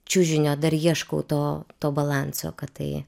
čiužinio dar ieškau to to balanso kad tai